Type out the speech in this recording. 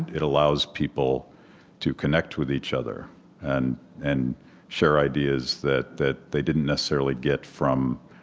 it allows people to connect with each other and and share ideas that that they didn't necessarily get from